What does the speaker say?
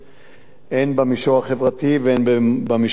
הן במישור החברתי והן במישור הפלילי.